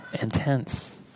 intense